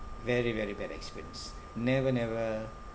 very very bad experience never never